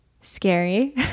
scary